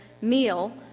meal